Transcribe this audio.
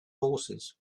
horses